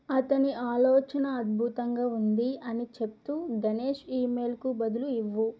అతని ఆలోచన అద్భుతంగా ఉంది అని చెప్తూ గణేష్ ఈమెయిల్కు బదులు ఇవ్వు